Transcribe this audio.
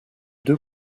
deux